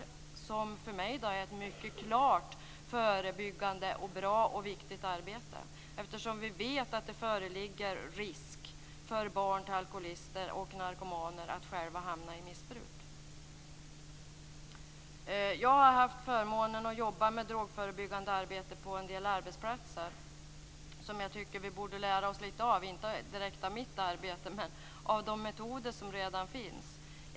Det är, enligt min uppfattning, ett mycket klart förebyggande, bra och viktigt arbete. Vi vet att det föreligger risk för barn till alkoholister och narkomaner att själva hamna i missbruk. Jag har haft förmånen att jobba med drogförebyggande arbete på en del arbetsplatser. Vi borde lära oss mer av de metoder som redan finns.